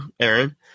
Aaron